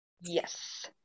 Yes